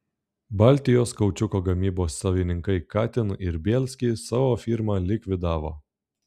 baltijos kaučiuko gamybos savininkai katin ir bielsky savo firmą likvidavo